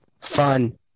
Fun